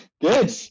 good